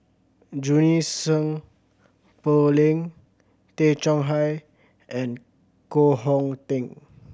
Junie Sng Poh Leng Tay Chong Hai and Koh Hong Teng